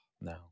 no